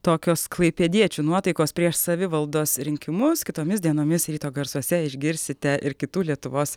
tokios klaipėdiečių nuotaikos prieš savivaldos rinkimus kitomis dienomis ryto garsuose išgirsite ir kitų lietuvos